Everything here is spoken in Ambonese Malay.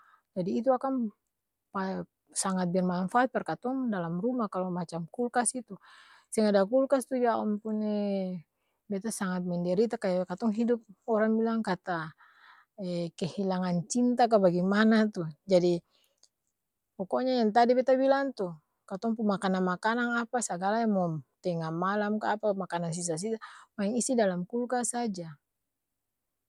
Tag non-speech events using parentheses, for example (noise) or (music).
Jadi itu akang pa sangat bermangfaat par katong dalam ruma kalo macam kulkas itu, seng ada kulkas tu ya ampun'ee beta sangat menderita kaya katong hidup orang bilang kat (hesitation) kehilangan cinta kaa bagemana tu jadi, poko nya yang tadi beta bilang tu katong pung makanang-makanang apa sagala yang mo'm, tenga malam ka apa makanang sisa-sisa, maeng isi dalam kulkas saja.